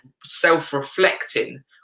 self-reflecting